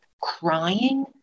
crying